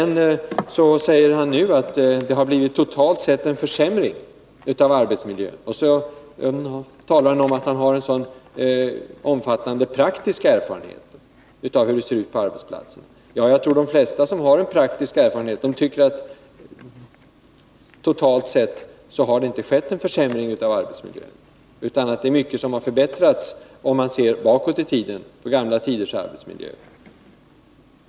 Nu säger Lars-Ove Hagberg att det totalt sett har blivit en försämring av arbetsmiljön, och så talar han om att han har en sådan omfattande praktisk erfarenhet av hur det ser ut på arbetsplatserna. Jag tror att de flesta som har en praktisk erfarenhet tycker att det totalt sett inte har skett en försämring av arbetsmiljön. Det är mycket som har förbättrats, om man ser bakåt och tänker på gamla tiders arbetsmiljö.